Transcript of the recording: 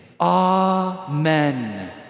Amen